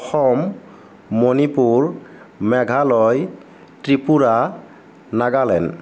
Assam Manipur Meghalaya Tripura Nagaland